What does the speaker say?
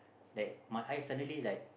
like my eye suddenly like